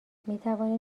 میتوانیم